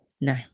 no